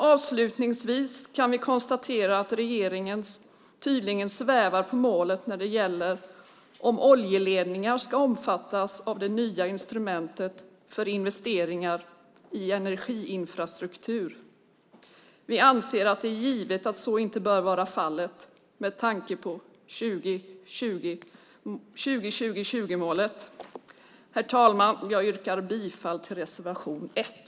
Avslutningsvis kan vi konstatera att regeringen tydligen svävar på målet ifall oljeledningar ska omfattas av det nya instrumentet för investeringar i energiinfrastruktur. Vi anser att det är givet att så inte bör vara fallet med tanke på 20-20-20-målet. Herr talman! Jag yrkar bifall till reservation 1.